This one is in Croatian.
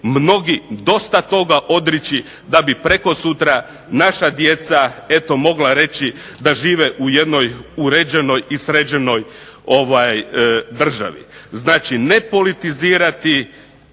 mnogi dosta toga odreći da bi prekosutra naša djeca eto mogla reći da žive u jednoj uređenoj i sređenoj državi. Znači, ne politizirati